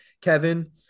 kevin